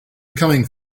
coming